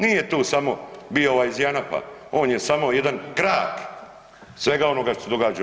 Nije tu samo bio ovaj iz JANAF-a on je samo jedan krak svega onoga šta se događa u RH.